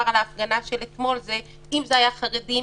על ההפגנה של אתמול שאם זה היה חרדים,